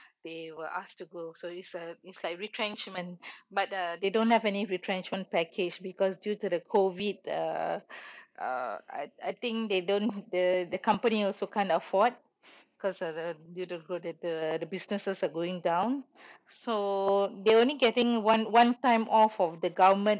they were asked to go so it's uh it's like retrenchment but the they don't have any retrenchment package because due to the COVID the uh I I think they don't the the company also can't afford because uh due to COVID that the the businesses are going down so they only getting one one time off from the government